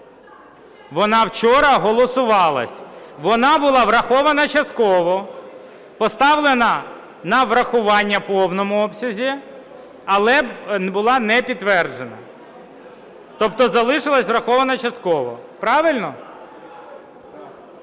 Вона вчора голосувалась. Вона була врахована частково. Поставлена на врахування в повному обсязі, але була не підтверджена. Тобто залишилась врахована частково. Правильно?